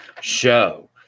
Show